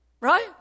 right